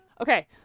okay